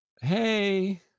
hey